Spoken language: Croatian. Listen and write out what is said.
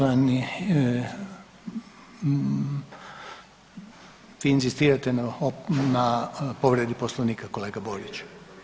Vi inzistirate na povredi Poslovnika kolega Borić?